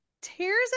tears